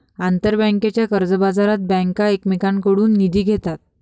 आंतरबँकेच्या कर्जबाजारात बँका एकमेकांकडून निधी घेतात